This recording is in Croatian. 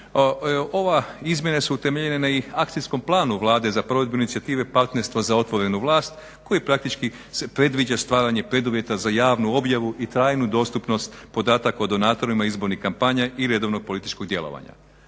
Ove izmjene su utemeljene i akcijskom planu Vlade za provedbu inicijative partnerstva za otvorenu vlast koji praktički predviđa stvaranje preduvjeta za javnu objavu i trajnu dostupnost podataka o donatorima izbornih kampanja i redovnog političkog djelovanja.